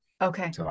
Okay